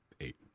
Eight